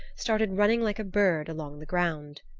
started running like a bird along the ground.